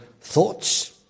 thoughts